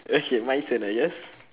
okay my turn I guess